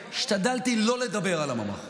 השתדלתי לא לדבר על הממ"ח.